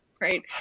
right